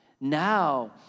Now